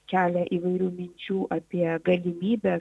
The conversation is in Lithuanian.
kelia įvairių minčių apie galimybę